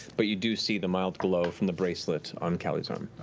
but you do see the mild glow from the bracelet on cali's arm.